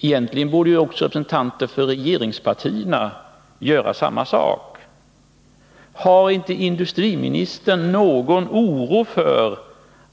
Egentligen borde ju också representanter för regeringspartierna göra samma sak. Hyser inte industriministern någon oro för